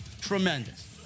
Tremendous